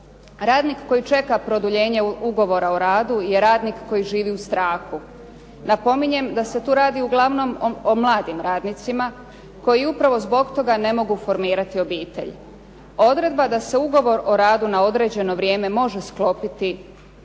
Radnik koji čeka produljenje ugovora o radu je radnik koji živi u strahu. Napominjem da se tu radi uglavnom o mladim radnicima koji upravo zbog toga ne mogu formirati obitelj. Odredba da se ugovor o radu na određeno vrijeme može sklopiti